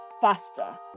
faster